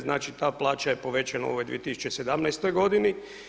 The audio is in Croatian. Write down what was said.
Znači ta plaća je povećana u ovoj 2017. godini.